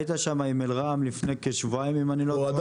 היית שם עם אלרם לפני כשבועיים, אם אני לא טועה.